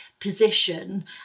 position